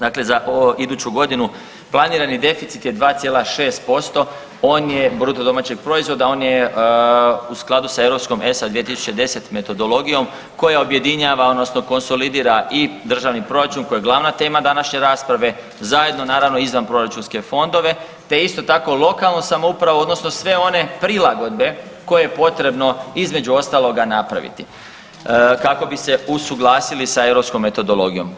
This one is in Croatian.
Dakle, za iduću godini planirani deficit je 2,6% on je, BDP-a, on je u skladu sa europskom ESA 2010 metodologijom koja objedinjava odnosno konsolidira i državni proračun koji je glavna tema današnje rasprave zajedno naravno i za proračunske fondove te isto tako lokalnu samoupravu odnosno sve one prilagodbe koje je potrebno između ostaloga napraviti kako bi se usuglasili sa europskom metodologijom.